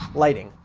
lighting.